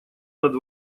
над